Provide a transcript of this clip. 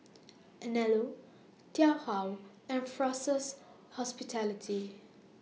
Anello and Fraser's Hospitality